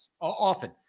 Often